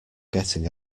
getting